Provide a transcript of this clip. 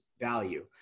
value